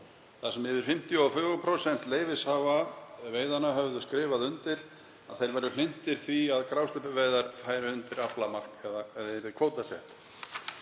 þar sem yfir 54% leyfishafa veiðanna hefðu skrifað undir að þeir væru hlynntir því að grásleppuveiðar færu undir aflamark, eða yrðu kvótasettar.